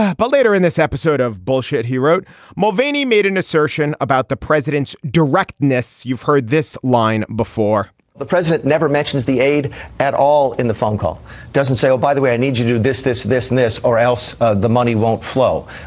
ah but later in this episode of bullshit he wrote mulvaney made an assertion about the president's directness. you've heard this line before the president never mentions the aide at all in the phone call doesn't say oh by the way i need to do this this this and this or else ah the money won't flow.